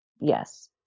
Yes